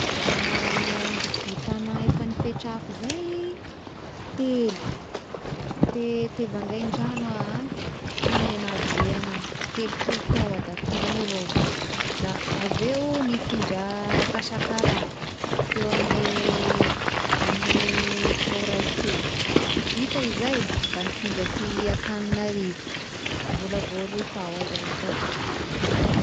I tagnà efa nipetrahako izay telo, te- teo Vangaindrano ah tagny nahabe agnà telopolo tao iah da tany avao, da avy eo nifindra ta Sakaraha teo amin'ny amin'ny tao raiky teo, da vita izay da nifindra aty Antananarivo mbola vao roy tao iaho zay taty.